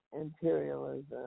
imperialism